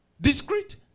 Discreet